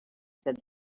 said